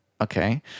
Okay